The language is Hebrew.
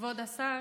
כבוד השר,